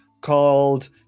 called